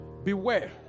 Beware